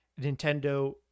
nintendo